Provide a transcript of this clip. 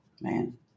Man